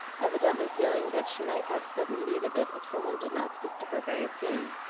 evidently feeling that she might have sudden need of it if some one did not speak to her very soon.